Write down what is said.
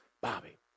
Bobby